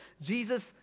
Jesus